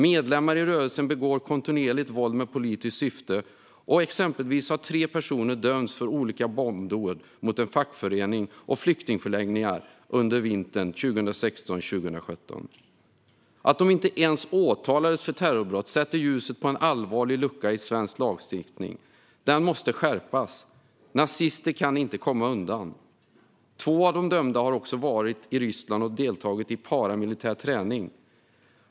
Medlemmar i rörelsen begår kontinuerligt våld med politiskt syfte, och exempelvis har tre personer dömts för olika bombdåd mot en fackförening och flyktingförläggningar under vintern 2016-17. Att de inte ens åtalades för terrorbrott sätter ljuset på en allvarlig lucka i svensk lagstiftning. Den måste skärpas. Nazister kan inte få komma undan. Två av de dömda har också varit i Ryssland och deltagit i paramilitär träning.